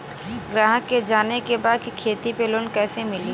ग्राहक के जाने के बा की खेती पे लोन कैसे मीली?